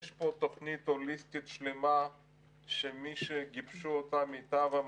יש פה תוכנית הוליסטית שלמה שמי שגיבשו אותה הם מיטב המומחים,